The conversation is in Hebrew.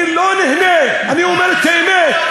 אני לא נהנה, אני אומר את האמת.